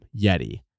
Yeti